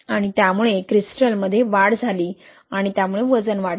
आणि त्यामुळे क्रिस्टलमध्ये वाढ झाली आणि त्यामुळे वजन वाढले